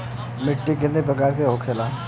मिट्टी कितने प्रकार के होखेला?